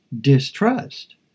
distrust